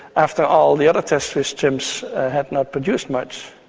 after all, the other tests with chimps had not produced much.